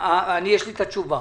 לי יש את התשובה.